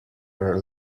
are